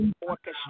Orchestra